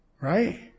Right